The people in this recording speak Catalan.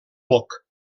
moc